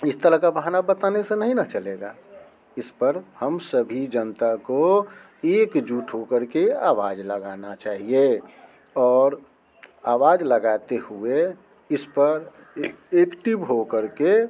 इस तरह का बहाना बताने से नहीं न चलेगा इस पर हम सभी जनता को एकजुट हो करके अवाज लगाना चाहिए और आवाज लगाते हुए इस पर एक्टिव हो करके